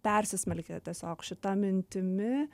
persismelkę tiesiog šita mintimi